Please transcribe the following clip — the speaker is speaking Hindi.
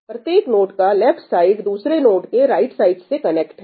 प्रत्येक नोड का लेफ्ट साइड दूसरे नोड के राइट साइड से कनेक्ट है